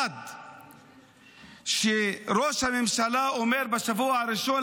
1. כשראש הממשלה אומר בשבוע הראשון